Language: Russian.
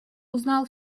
узнал